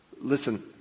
listen